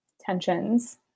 tensions